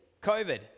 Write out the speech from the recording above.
COVID